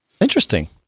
Interesting